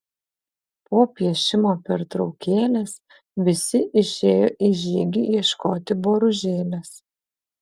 po piešimo pertraukėlės visi išėjo į žygį ieškoti boružėlės